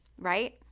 right